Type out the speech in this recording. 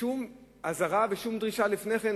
שום אזהרה ושום דרישה לפני כן,